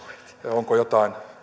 onko jotain